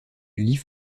liv